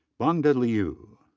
bangde liu.